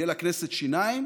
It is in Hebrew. יהיו לכנסת שיניים